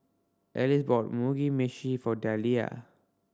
Alice bought Mugi Meshi for Deliah